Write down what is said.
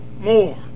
more